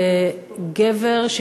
מאז שנת 1977,